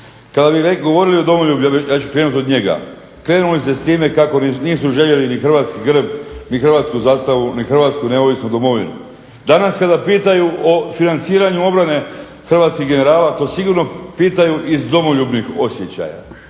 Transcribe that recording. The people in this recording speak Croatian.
Kada bi govorili o domoljublju, evo ja ću krenuti od njega, krenuli ste s time kako nisu željeli ni hrvatski grb, ni hrvatsku zastavu, ni Hrvatsku neovisnu domovinu. Danas kada pitaju o financiranju obrane hrvatskih generala to sigurno pitaju iz domoljubnih osjećaja.